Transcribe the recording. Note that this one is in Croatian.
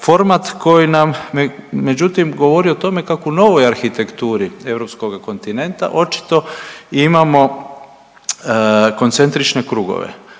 format koji nam, međutim, govori o tome kako u novoj arhitekturi europskoga kontinenta očito imamo koncentrične krugove,